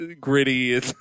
gritty